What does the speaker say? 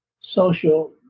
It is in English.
social